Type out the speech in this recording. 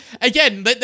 Again